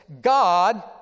God